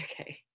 okay